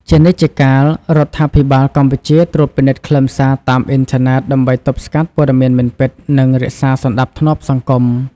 ជានិច្ចជាកាល រដ្ឋាភិបាលកម្ពុជាត្រួតពិនិត្យខ្លឹមសារតាមអ៊ីនធឺណិតដើម្បីទប់ស្កាត់ព័ត៌មានមិនពិត និងរក្សាសណ្តាប់ធ្នាប់សង្គម។